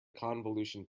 convolution